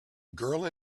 girl